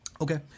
Okay